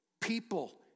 People